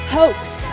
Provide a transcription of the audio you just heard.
hopes